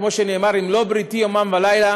כמו שנאמר: "אם לא בריתי יומם ולילה